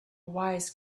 wise